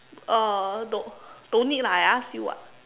uh don't don't need lah I ask you [what]